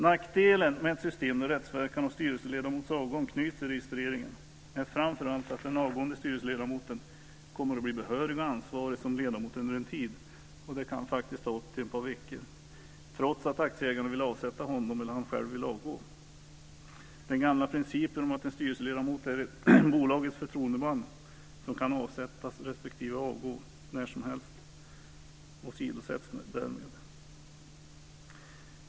Nackdelen med ett system där rättsverkan vid styrelseledamots avgång knyts till registreringen är framför allt att den avgående styrelseledamoten kommer att bli behörig med ansvar som ledamot under en tid. Det kan faktiskt ta upp till ett par veckor, även om aktieägarna vill avsätta honom eller om han själv vill avgå. Den gamla principen om att en styrelseledamot är bolagets förtroendeman som kan avsättas respektive avgå när som helst åsidosätts därmed.